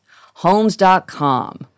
Homes.com